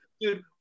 dude